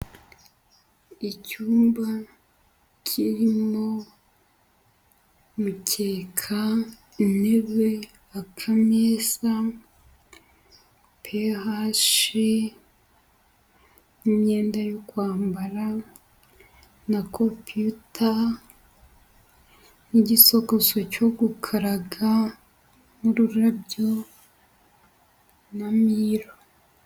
Icyumba kirimo umukeka, intebe, akameza, pehashi, imyenda yo kwambara, na compiyuta, n'igisokozo cyo gukaraga, n'ururabyo, na mira.